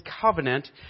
covenant